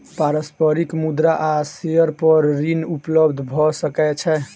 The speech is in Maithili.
पारस्परिक मुद्रा आ शेयर पर ऋण उपलब्ध भ सकै छै